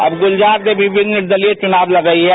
अब गुलजार देवी भी निर्दलीय ही चुनाव लड रही हैं